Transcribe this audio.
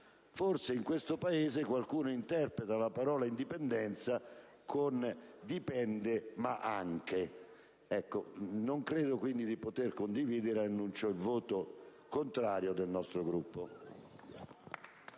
Forse in questo Paese qualcuno interpreta la parola indipendenza come "dipende", "ma anche". Non credo di poter condividere, e annuncio il voto contrario del mio Gruppo.